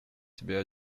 себе